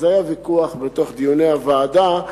זה היה הוויכוח בדיוני הוועדה,